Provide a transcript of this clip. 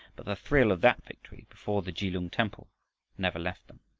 but the thrill of that victory before the kelung temple never left them.